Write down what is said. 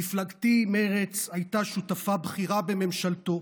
מפלגתי, מרצ, הייתה שותפה בכירה בממשלתו,